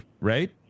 right